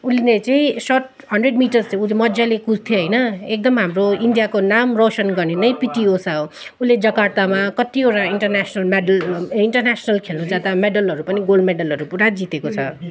उनले चाहिँ short hundred metre चाहिँ ऊ मजाले कुद्थ्यो होइन एकदम हाम्रो इन्डियाको नाम रोसन गर्ने नै पिटी उषा हो उसले जकार्तामा कतिवटा इन्टरनेसनल मेडल इन्टरनेसनल खेल्नु जाँदा मेडलहरू पनि गोल्ड मेडलहहरू पुरा जितेको छ